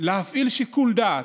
להפעיל שיקול דעת.